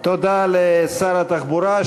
תודה לשר התחבורה.